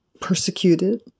persecuted